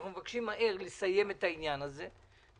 אנחנו מבקשים לסיים את העניין הזה מהר,